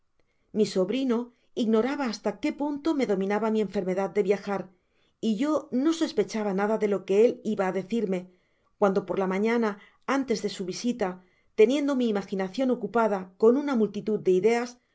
mi sobrino ignoraba hasta qué punto me dominaba mi enfermedad de viajar y yo no sospechaba nada do lo que él iba á decirme cuando por la manan antes de su visita teniendo mi imaginacion ocupada con una multitud de ideas